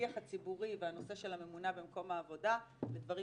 השיח הציבורי והנושא של הממונה במקום העבודה ודברים